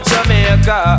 Jamaica